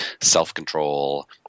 self-control